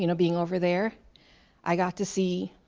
you know being over there i got to see